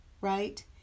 right